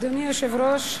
אדוני היושב-ראש,